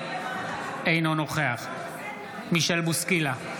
אינו נוכח מישל בוסקילה,